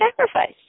sacrifice